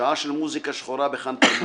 שעה של מוסיקה שחורה בחאן תרבות.